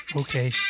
Okay